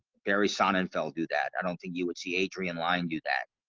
barry sonnenfeld do that. i don't think you would see adrian. lyon do that